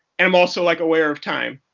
i'm also like aware of time.